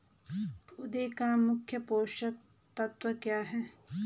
पौधें का मुख्य पोषक तत्व क्या है?